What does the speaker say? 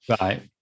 Right